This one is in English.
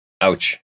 ouch